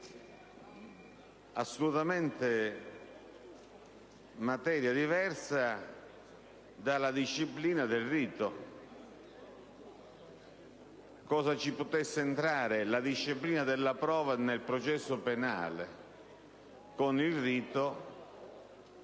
assolutamente diversa dalla disciplina del rito. Cosa c'entrasse la disciplina della prova nel processo penale con il rito